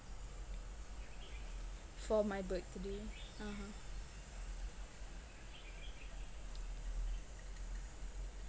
for my birthday (uh huh)